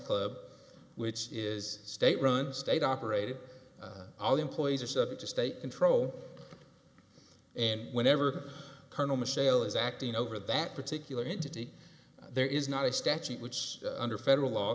club which is state run state operated all employees are subject to state control and whenever colonel michel is acting over that particular entity there is not a statute which under federal law